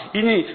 ini